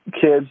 kids